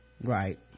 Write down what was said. right